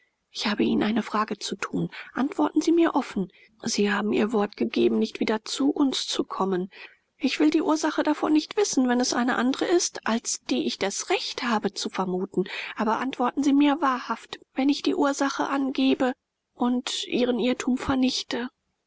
ich habe ihnen eine frage zu tun antworten sie mir offen sie haben ihr wort gegeben nicht wieder zu uns zu kommen ich will die ursache davon nicht wissen wenn es eine andere ist als die ich das recht habe zu vermuten aber antworten sie mir wahrhaft wenn ich die ursache angebe und ihren irrtum vernichte